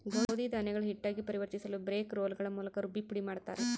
ಗೋಧಿ ಧಾನ್ಯಗಳು ಹಿಟ್ಟಾಗಿ ಪರಿವರ್ತಿಸಲುಬ್ರೇಕ್ ರೋಲ್ಗಳ ಮೂಲಕ ರುಬ್ಬಿ ಪುಡಿಮಾಡುತ್ತಾರೆ